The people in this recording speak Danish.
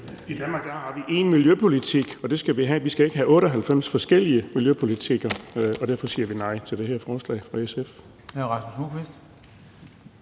I Danmark har vi én miljøpolitik, og det skal vi have. Vi skal ikke have 98 forskellige miljøepolitikker, og derfor siger vi nej til det her forslag fra SF.